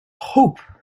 hope